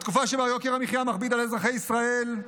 בתקופה שבה יוקר המחיה מכביד על אזרחי ישראל,